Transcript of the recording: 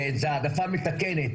שזה העדפה מתקנת,